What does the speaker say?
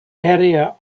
area